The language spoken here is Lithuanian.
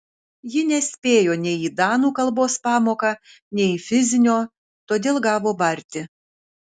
ji nespėjo nei į danų kalbos pamoką nei į fizinio todėl gavo barti